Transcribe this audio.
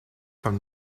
from